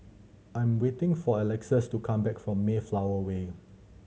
I'm waiting for Alexus to come back from Mayflower Way